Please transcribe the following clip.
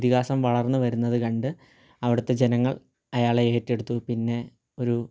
ഇതിഹാസം വളർന്നു വരുന്നത് കണ്ട് അവിടുത്തെ ജനങ്ങൾ അയാളെ ഏറ്റെടുത്തു പിന്നെ ഒരു